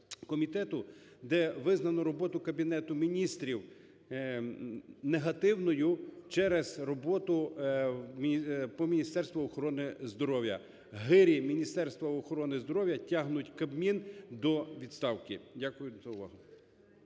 де визнано роботу Кабінету Міністрів негативною через роботу по Міністерству охорони здоров'я. Гирі Міністерства охорони здоров'я тягнуть Кабмін до відставки. Дякую за увагу.